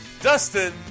Dustin